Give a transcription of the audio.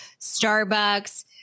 Starbucks